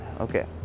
Okay